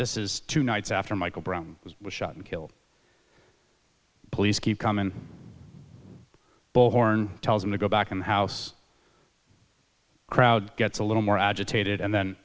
this is two nights after michael brown was shot and killed police keep calm and bullhorn tells him to go back in the house crowd gets a little more agitated and then